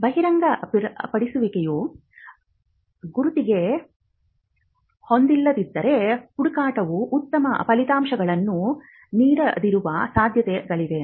ಬಹಿರಂಗಪಡಿಸುವಿಕೆಯು ಗುರುತುಗೆ ಹೊಂದಿಲ್ಲದಿದ್ದರೆ ಹುಡುಕಾಟವು ಉತ್ತಮ ಫಲಿತಾಂಶಗಳನ್ನು ನೀಡದಿರುವ ಸಾಧ್ಯತೆಗಳಿವೆ